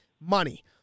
money